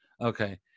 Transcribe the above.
Okay